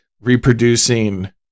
reproducing